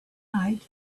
night